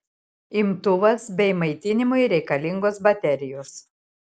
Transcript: imtuvas bei maitinimui reikalingos baterijos